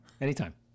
Anytime